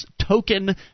token